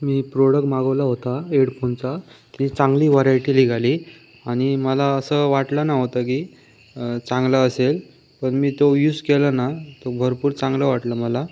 मी product मागवला होता हेडफोनचा ती चांगली व्हरायटी निघाली आणि मला असं वाटलं नव्हतं की चांगलं असेल पण मी तो यूज केला ना तर भरपूर चांगलं वाटलं मला